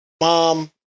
mom